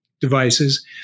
devices